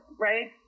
right